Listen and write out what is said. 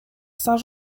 saint